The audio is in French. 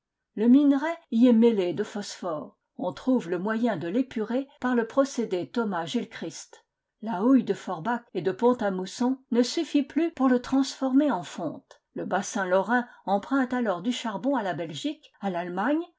le minerai y est mêlé de phosphore on trouve le moyen de l'épurer par le procédé thomas gilchrist la houille de forbach et de pont à mousson ne suffit plus pour le transformer en fonte le bassin lorrain emprunte alors du charbon à la belgique à l'allemagne